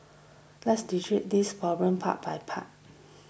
let's dissect this problem part by part